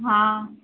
हा